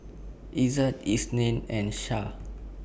Izzat Isnin and Syah